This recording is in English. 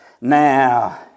Now